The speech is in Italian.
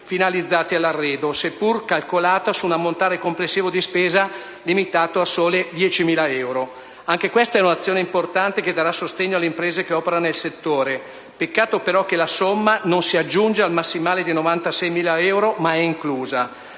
finalizzati all'arredo, seppur calcolata su un ammontare complessivo di spesa limitato a soli 10.000 euro. Anche questa è un'azione importante che darà sostegno alle imprese che operano nel settore. Peccato però che la somma non si aggiunge al massimale di spesa di 96.000 euro ma è inclusa.